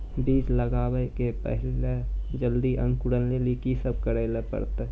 बीज लगावे के पहिले जल्दी अंकुरण लेली की सब करे ले परतै?